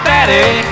Daddy